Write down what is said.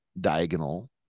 diagonal